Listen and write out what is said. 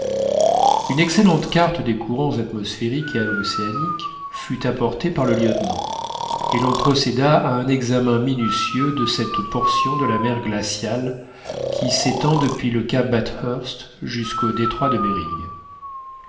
une excellente carte des courants atmosphériques et océaniques fut apportée par le lieutenant et l'on procéda à un examen minutieux de cette portion de la mer glaciale qui s'étend depuis le cap bathurst jusqu'au détroit de behring